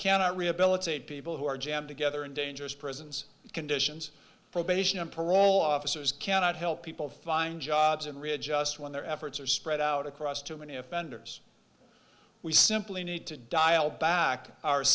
cannot rehabilitate people who are jammed together in dangerous prisons conditions probation and parole officers cannot help people find jobs and readjust when their efforts are spread out across too many offenders we simply need to dial back our